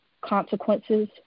consequences